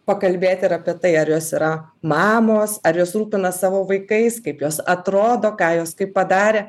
pakalbėti ir apie tai ar jos yra mamos ar jos rūpinas savo vaikais kaip jos atrodo ką jos kaip padarė